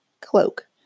cloak